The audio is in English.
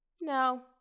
no